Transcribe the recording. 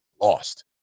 lost